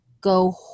go